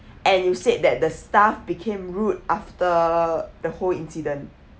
and you said that the staff became rude after the whole incident